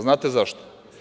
Znate zašto?